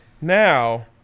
Now